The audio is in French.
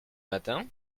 matin